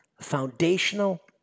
Foundational